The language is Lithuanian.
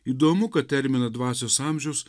įdomu kad terminą dvasios amžius